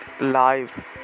live